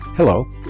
Hello